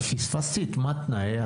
פספסתי את מתנ"א.